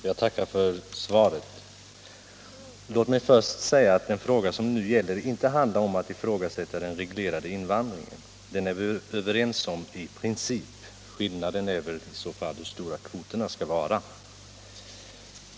Herr talman! Jag tackar för svaret. Låt mig först säga att det nu inte gäller att ifrågasätta den reglerade invandringen. Om den är vi överens i princip. Skillnaden i uppfattning gäller hur stora kvoterna skall vara.